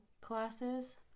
classes